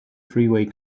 freeway